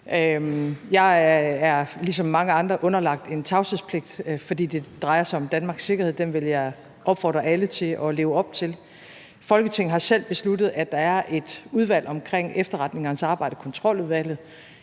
andre underlagt en tavshedspligt, fordi det drejer sig om Danmarks sikkerhed. Den vil jeg opfordre alle til at leve op til. Folketinget har selv besluttet, at der er et udvalg omkring efterretningernes arbejde, Kontroludvalget,